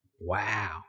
Wow